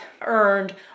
earned